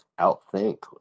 outthink